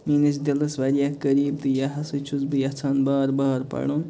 میٲنِس دِلَس واریاہ قریٖب تہٕ یہِ ہسا چھُس بہٕ یژھان بار بار پَڑھُن